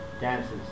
dances